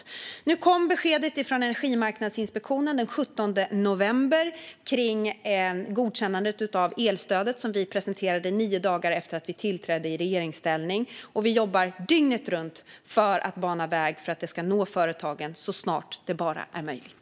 Den 17 november kom beskedet från Energimarknadsinspektionen om godkännandet av det elstöd som vi presenterade nio dagar efter att vi tillträdde i regeringsställning. Vi jobbar dygnet runt för att bana väg för att detta ska nå företagen så snart det bara är möjligt.